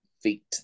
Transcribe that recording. feet